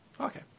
Okay